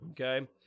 Okay